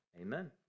Amen